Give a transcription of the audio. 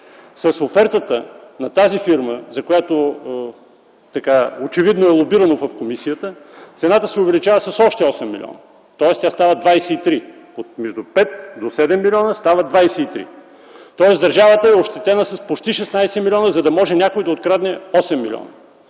С офертата на тази фирма, за която очевидно е лобирано в комисията, цената се увеличава с още 8 милиона, тоест тя става 23 милиона. От „между 5 и 7 милиона” става 23 милиона. Тоест държавата е ощетена с почти 16 милиона, за да може някой да открадне 8 милиона!